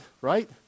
right